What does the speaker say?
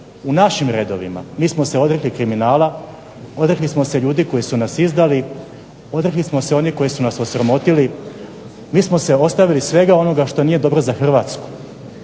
u našim redovima, mi smo se odrekli kriminala, odrekli smo se ljudi koji su nas izdali, odrekli smo se onih koji su nas osramotili, mi smo se ostavili svega onoga što nije dobro za Hrvatsku,